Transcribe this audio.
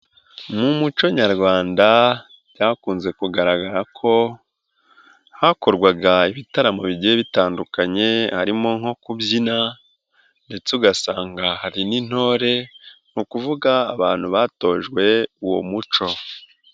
Mu muco nyarwanda byakunze kugaragara ko hakorwaga ibitaramo bigiye bitandukanye harimo nko kubyina ndetse ugasanga hari n'intore muvuga abantu batojwe uwo muco.